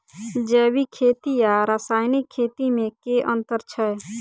जैविक खेती आ रासायनिक खेती मे केँ अंतर छै?